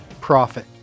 profit